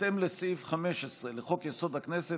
בהתאם לסעיף 15 לחוק-יסוד: הכנסת,